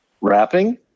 Wrapping